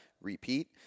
repeat